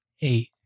Eight